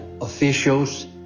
officials